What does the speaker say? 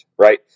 Right